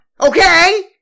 okay